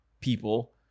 people